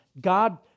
God